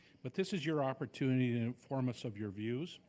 but this is your opportunity to inform us of your views.